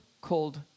called